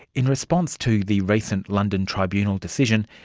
in response to the recent london tribunal decision,